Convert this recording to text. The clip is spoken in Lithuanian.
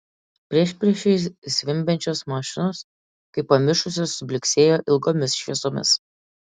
priešpriešiais zvimbiančios mašinos kaip pamišusios sublyksėjo ilgomis šviesomis